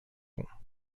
pont